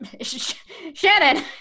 Shannon